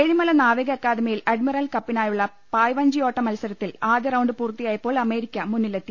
ഏഴിമല നാവിക അക്കാദമിയിൽ അഡ്മിറൽ കപ്പിനായുള്ള പായ്വഞ്ചി ഓട്ടമത്സരത്തിൽ ആദ്യറൌണ്ട് പൂർത്തിയായപ്പോൾ അമേ രിക്ക മുന്നിലെത്തി